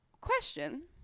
question